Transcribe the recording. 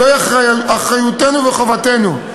זוהי אחריותנו וחובתנו.